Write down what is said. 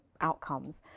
outcomes